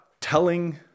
telling